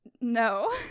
No